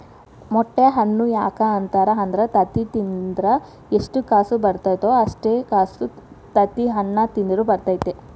ಮೊಟ್ಟೆ ಹಣ್ಣು ಯಾಕ ಅಂತಾರ ಅಂದ್ರ ತತ್ತಿ ತಿಂದ್ರ ಎಷ್ಟು ಕಸು ಬರ್ತೈತೋ ಅಷ್ಟೇ ಕಸು ತತ್ತಿಹಣ್ಣ ತಿಂದ್ರ ಬರ್ತೈತಿ